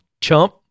chump